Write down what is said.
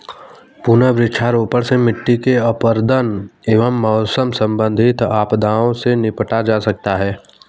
पुनः वृक्षारोपण से मिट्टी के अपरदन एवं मौसम संबंधित आपदाओं से निपटा जा सकता है